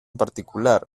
particular